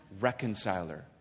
reconciler